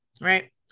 right